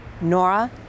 Nora